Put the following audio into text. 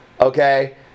Okay